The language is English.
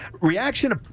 reaction